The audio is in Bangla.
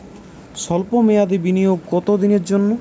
সল্প মেয়াদি বিনিয়োগ কত দিনের জন্য?